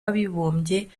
w’abibumbye